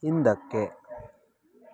ಹಿಂದಕ್ಕೆ